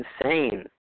insane